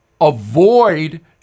avoid